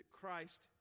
Christ